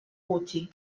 gutxi